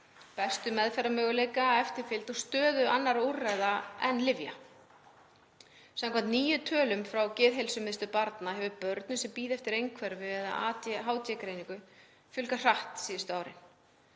bestu meðferðarmöguleikar, eftirfylgd og staða annarra úrræða en lyfja. Samkvæmt nýjum tölum frá Geðheilsumiðstöð barna hefur börnum sem bíða eftir einhverfu- eða ADHD-greiningu fjölgað hratt síðustu árin.